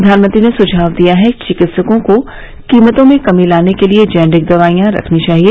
प्रधानमंत्री ने सुझाव दिया कि चिकित्सकों को कीमतों में कमी लाने के लिए जेनरिक दवाइयां लिखनी चाहिए